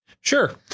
Sure